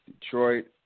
Detroit